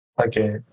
Okay